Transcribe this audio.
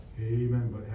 Amen